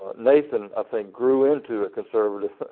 ah nathan i think grew into a conservative